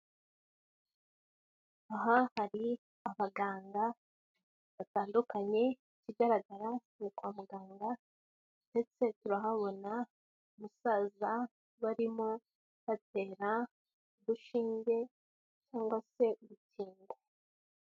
Aha hari abaganga batandukanye ikigaragara ni kwa muganga ndetse turahabona musaza barimo batera urushinge cyangwa se urukingo.